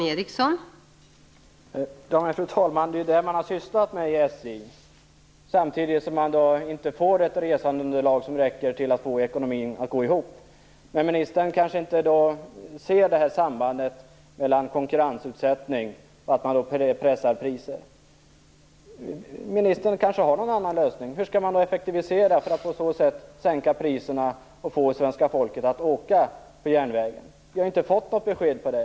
Fru talman! Det är ju det SJ har sysslat med samtidigt som man inte får ett resandeunderlag som räcker för att få ekonomin att gå ihop. Ministern ser kanske inte sambandet mellan konkurrensutsättning och pressade priser. Ministern har kanske någon annan lösning. Hur skall man effektivisera för att på så sätt sänka priserna och få svenska folket att åka på järnvägen? Vi har inte fått något besked om det.